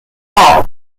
hall